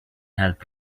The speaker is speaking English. help